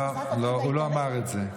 לא, הוא לא אמר את זה.